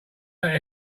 that